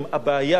הבעיה היא,